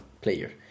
player